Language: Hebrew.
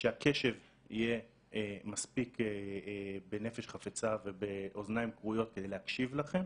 שהקשב יהיה מספיק בנפש חפצה ובאוזניים כרויות כדי להקשיב לכם